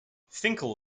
finkel